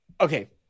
okay